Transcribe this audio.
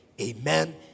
amen